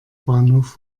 bahnhof